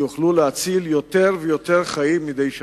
שיוכלו להציל יותר ויותר חיים מדי שנה.